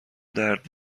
درد